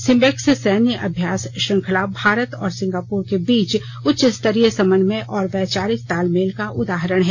SIMBEX सैन्य अभ्यास श्रंखला भारत और सिंगापुर के बीच उच्चस्तरीय समन्वय और वैचारिक तालमेल का उदाहरण है